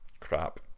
Crap